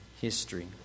history